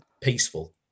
peaceful